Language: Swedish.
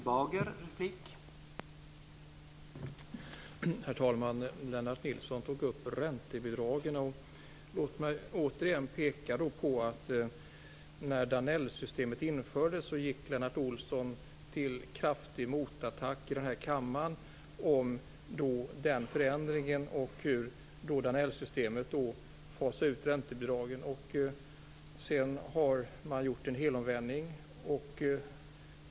Herr talman! Lennart Nilsson tog upp räntebidragen. Låt mig då återigen peka på att när Danellsystemet infördes gick Lennart Nilsson till kraftig motattack här i kammaren mot den förändringen och hur Danellsystemet fasade ut räntebidragen. Sedan har man gjort en helomvändning.